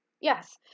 yes